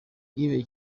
yves